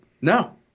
no